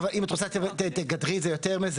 אבל אם את רוצה תגדרי את זה יותר מזה,